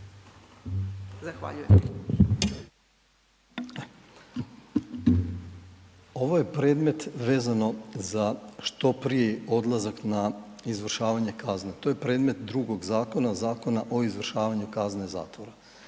(HDZ)** Ovo je predmet vezano za što prije odlazak na izvršavanje kazne, to je predmet drugog zakona, Zakona o izvršavanju kazne zatvora.